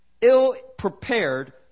ill-prepared